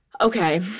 Okay